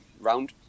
round